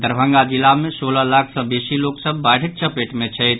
दरभंगा जिला मे सोलह लाख सँ बेसी लोक सभ बाढ़िक चपेट मे छथि